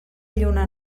lluna